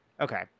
Okay